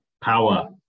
power